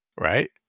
right